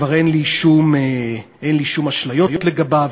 כבר אין לי שום אשליות לגביו,